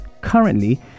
currently